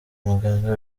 umuganga